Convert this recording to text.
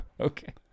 Okay